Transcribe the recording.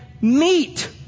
meat